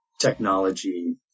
technology